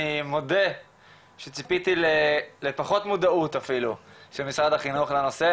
אני מודה שציפיתי לפחות מודעות אפילו של משרד החינוך לנושא.